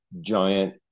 Giant